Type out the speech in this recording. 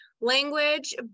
language